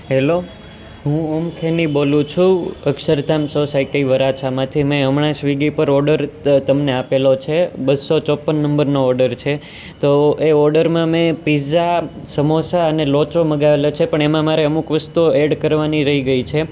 hello હુ ઓમ ખેની બોલું છું અક્ષરધામ સોસાયટી વરાછામાંથી મેં હમણાં સ્વિગી પર ઓડર તમને આપેલો છે બસો ચોપન નંબરનો ઓડર છે તો એ ઓર્ડરમાં મેં પીઝા સમોસાં અને લોચો મંગાવેલો છે પણ એમાં મારે અમુક વસ્તુઓ એડ કરવાની રહી ગઈ છે